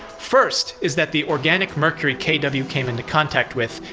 first is that the organic mercury kw came into contact with,